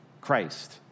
Christ